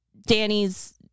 Danny's